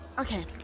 Okay